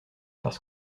parce